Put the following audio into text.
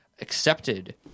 accepted